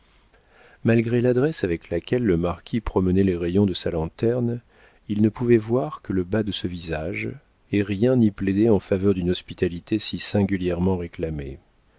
malgré l'adresse avec laquelle le marquis promenait les rayons de sa lanterne il ne pouvait voir que le bas de ce visage et rien n'y plaidait en faveur d'une hospitalité si singulièrement réclamée